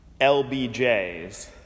LBJs